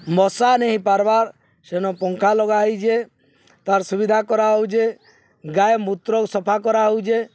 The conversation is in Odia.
ମଶା ନେଇ ପାର୍ବାର୍ ସେନ ପଙ୍ଖା ଲଗା ହେଇଚେ ତାର ସୁବିଧା କରାହଉଚେ ଗାଈ ମୂତ୍ର ସଫା କରାହଉଚେ